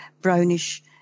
brownish